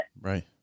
Right